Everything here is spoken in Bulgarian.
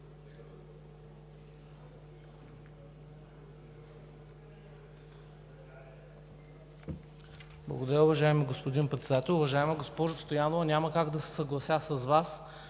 Благодаря, уважаеми господин Председател. Уважаема госпожо Стоянова, няма как да се съглася с Вас.